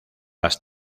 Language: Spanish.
las